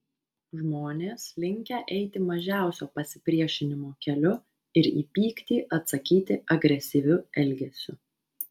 žmonės linkę eiti mažiausio pasipriešinimo keliu ir į pyktį atsakyti agresyviu elgesiu